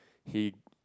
he